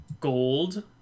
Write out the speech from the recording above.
gold